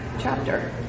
chapter